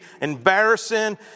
embarrassing